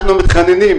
אנחנו מתחננים.